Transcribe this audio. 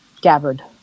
Gabbard